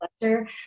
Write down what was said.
lecture